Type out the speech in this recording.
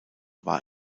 war